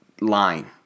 line